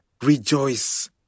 Rejoice